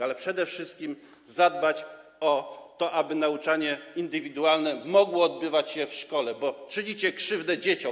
Ale przede wszystkim zadbać o to, aby nauczanie indywidualne mogło odbywać się w szkole, bo czynicie krzywdę dzieciom.